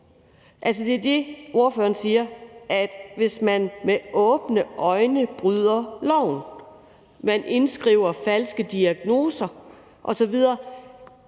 loven. Spørgeren siger, at man med åbne øjne bryder loven og indskriver falske diagnoser osv.,